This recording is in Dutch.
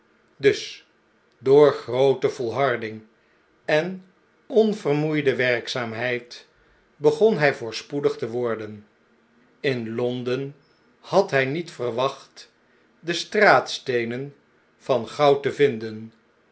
dus door groote volharding en onvermoeide werkzaamheid begon hij voorspoedig te worden in londen had hjj niet verwachtde straatsteenen van goud te vinden